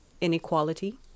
inequality